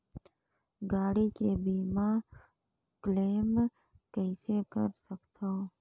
गाड़ी के बीमा क्लेम कइसे कर सकथव?